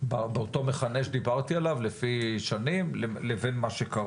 באותו מכנה שדיברתי עליו לפי שנים לבין מה שקרה.